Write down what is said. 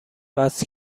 وصل